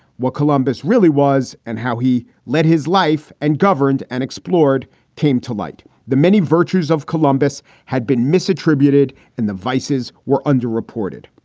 what columbus really was and how he led his life and governed and explored came to light the many virtues of columbus had been misattributed and the vices were underreported.